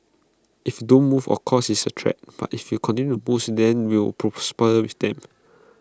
if don't move of course it's A threat but if you continue moves then we prosper with them